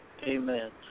Amen